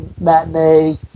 matinee